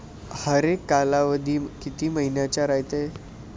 हरेक कालावधी किती मइन्याचा रायते?